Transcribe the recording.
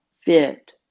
fit